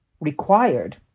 required